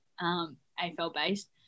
AFL-based